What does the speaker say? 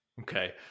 Okay